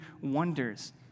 wonders